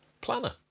planner